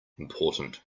important